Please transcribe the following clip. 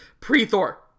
pre-Thor